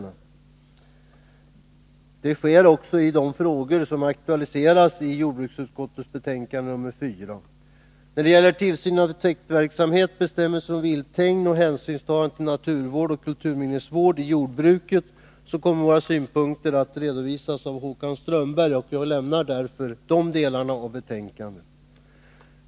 Så är också fallet beträffande de frågor som aktualiseras i jordbruksutskottets betänkande nr 4. När det gäller tillsynen av täktverksamheten, bestämmelser om vilthägn och hänsynstagande till naturvården och kulturminnesvården inom jordbruket kommer våra synpunkter att redovisas av Håkan Strömberg. Jag avstår därför från att kommentera de delarna av betänkandet.